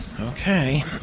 Okay